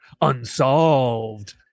unsolved